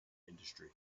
industry